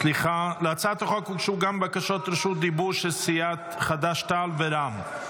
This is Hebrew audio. להצעת החוק הוגשו גם בקשות זכות דיבור של סיעת חד"ש-תע"ל ורע"ם.